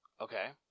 Okay